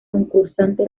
concursante